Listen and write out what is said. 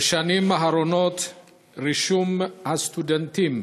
בשנים האחרונות רישום הסטודנטים